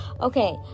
Okay